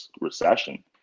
recession